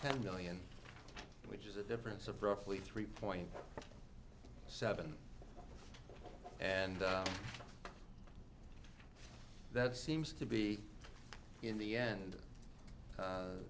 ten million which is a difference of roughly three point seven and that seems to be in the end